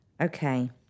Okay